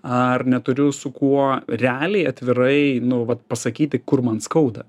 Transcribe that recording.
ar neturiu su kuo realiai atvirai nu vat pasakyti kur man skauda